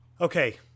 okay